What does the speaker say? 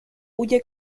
huye